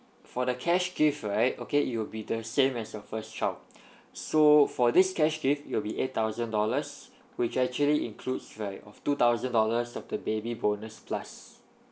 for the cash gift right okay it will be the same as your first child so for this cash gift it'll be eight thousand dollars which actually includes right of two thousand dollars of the baby bonus plus